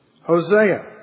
Hosea